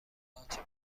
آنچه